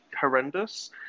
horrendous